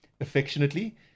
affectionately